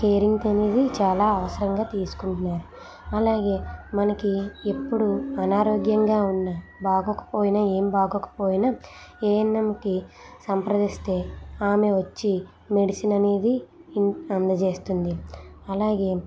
caring తనేది చాలా అవసరంగా తీసుకుంటున్నారు అలాగే మనకి ఎప్పుడూ అనారోగ్యంగా ఉన్నా బాగోకపోయినా ఏం బాగోకపోయినా ఏఎన్ఎంకి సంప్రదిస్తే ఆమె వచ్చి మెడిసిన్ అనేది ఇన్ అందజేస్తుంది అలాగే